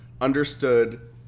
understood